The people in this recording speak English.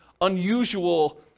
unusual